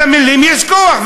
למילים יש כוח,